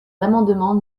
l’amendement